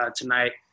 tonight